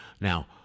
now